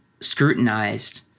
scrutinized